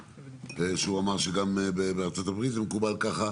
שהוא אמר שגם בארה"ב זה מקובל ככה,